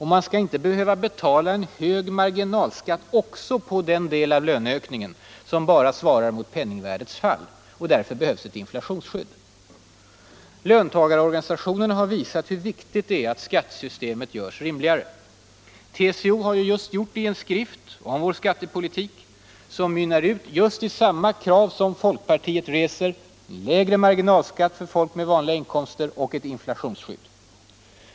Man skall inte behöva betala en hög marginalskatt också på den del av löneökningen som bara svarar mot penningvärdets fall. Därför behövs ett inflationsskydd. Löntagarorganisationerna har visat hur viktigt det är att skattesystemet görs rimligare. TCO har just gjort det i en skrift om vår skattepolitik, som mynnar ut i samma krav som folkpartiet reser: Lägre marginalskatt för folk med vanliga inkomster och ett inflationsskydd.